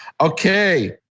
Okay